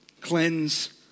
Cleanse